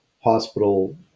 hospital